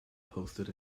posted